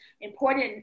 important